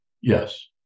Yes